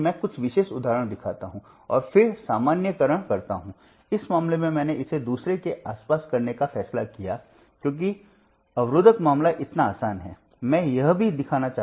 तो आप इस उदाहरण के लिए देख सकते हैं कि मैट्रिक्स असममित है